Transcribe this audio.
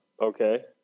okay